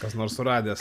kas nors suradęs